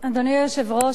אדוני היושב-ראש,